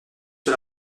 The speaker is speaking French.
sur